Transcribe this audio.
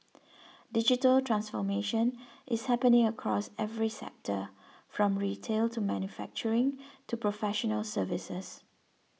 digital transformation is happening across every sector from retail to manufacturing to professional services